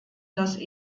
los